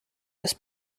this